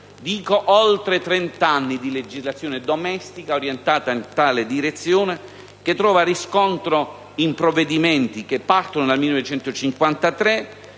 celiaco: oltre trent'anni di legislazione domestica orientata in tale direzione, che trova riscontro in provvedimenti che partono dal 1953